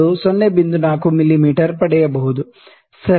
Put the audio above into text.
4 ಮಿಮೀ ಪಡೆಯಬಹುದು ಸರಿ